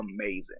amazing